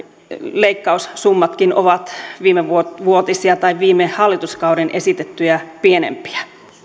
leikkaussummatkin ovat viimevuotisia tai viime hallituskaudella esitettyjä pienempiä